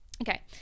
okay